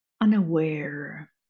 unaware